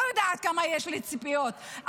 אני לא יודעת כמה ציפיות יש לי,